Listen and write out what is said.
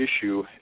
issue